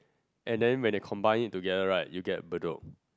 and then when they combine it together right you get Bedok